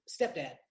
stepdad